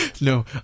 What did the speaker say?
No